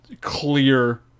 clear